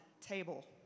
table